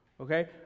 okay